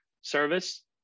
service